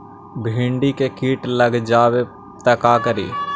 भिन्डी मे किट लग जाबे त का करि?